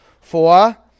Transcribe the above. Four